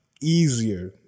easier